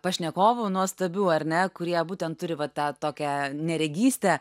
pašnekovų nuostabių ar ne kurie būtent turi va tą tokią neregystę